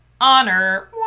Honor